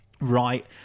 Right